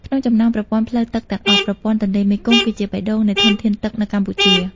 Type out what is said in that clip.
ក្នុងចំណោមប្រព័ន្ធផ្លូវទឹកទាំងអស់ ប្រព័ន្ធទន្លេមេគង្គគឺជាបេះដូងនៃធនធានទឹកនៅកម្ពុជា។